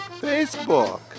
Facebook